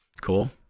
Cool